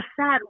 sad